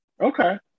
Okay